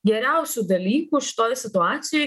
geriausių dalykų šitoj situacijoj